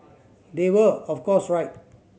they were of course right